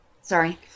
Sorry